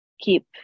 keep